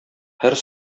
һәр